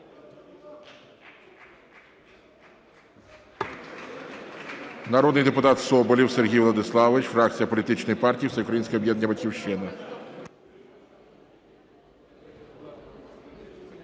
Народний депутат Соболєв Сергій Владиславович, фракція Політичної партії Всеукраїнське об'єднання "Батьківщина".